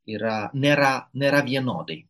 yra nėra nėra vienodai